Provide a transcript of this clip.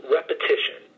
Repetition